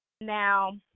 Now